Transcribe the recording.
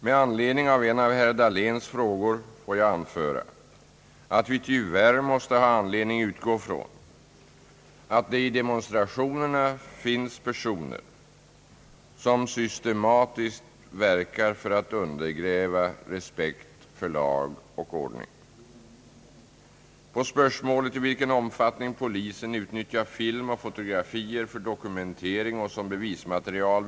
Med anledning av herr Börjessons i Falköping fråga om kostnaderna för polisbevakning i samband med demonstrationer m.m. kan jag upplysa, att enbart kostnaderna för den personal som deltar i den kontinuerliga ambassadbevakningen och polisens beredskap i samband därmed i Stockholm uppgår till över 5 miljoner kronor om året. Kostnaderna bestrids från de ordinarie avlöningsanslagen. De framförda tankarna att bilda frivilliga sammanslutningar av personer som skulle tillkallas och ingripa i stället för polis i akuta situationer ställer jag mig bestämt avvisande till.